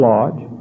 Lodge